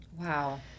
Wow